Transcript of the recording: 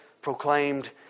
proclaimed